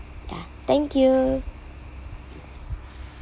ya thank you